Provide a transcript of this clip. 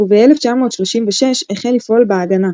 וב-1936 החל לפעול ב"הגנה".